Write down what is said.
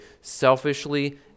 selfishly